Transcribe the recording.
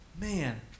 Man